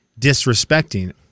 disrespecting